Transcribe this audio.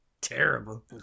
Terrible